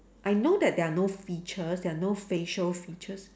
I know that there are no features there are no facial features